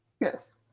Yes